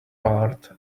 part